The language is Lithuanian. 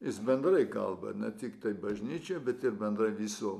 jis bendrai kalba ne tiktai bažnyčiai bet ir bendrai visuomenei